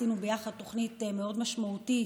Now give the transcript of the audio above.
עשינו יחד תוכנית מאוד משמעותית.